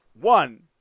One